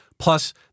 Plus